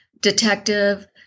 detective